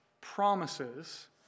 promises